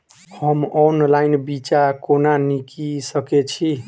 हम ऑनलाइन बिच्चा कोना किनि सके छी?